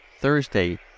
Thursday